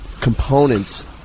components